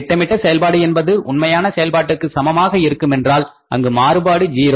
திட்டமிட்ட செயல்பாடு என்பது உண்மையான செயல்பாட்டுக்கு சமமாக இருக்குமென்றால் அங்கு மாறுபாடு என்பது 0